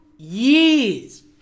Years